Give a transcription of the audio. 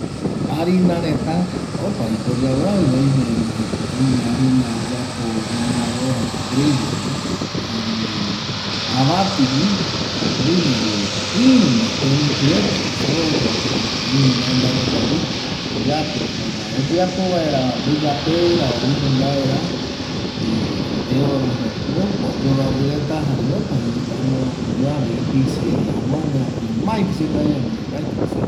Harina reta opaviko oyoavƚavƚ oime oime harina oyapo ñanaro jaeko trigoguino jare avatigui jare oimevi iruva temiti retagui soyagui jokua iru mbae mbae retagui oyeapo jaema oyeapo vaera mbƚyapera o iru vaera ƚfideora opa pyoavƚavƚ reta jare opavi amogue oyoavƚ ipise amogue ipise amogue ma ipise kavi amogue mbaetƚvi